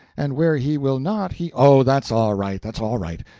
and where he will not he oh, that's all right, that's all right,